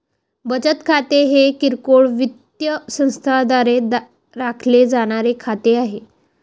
बचत खाते हे किरकोळ वित्तीय संस्थांद्वारे राखले जाणारे खाते आहे